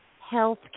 health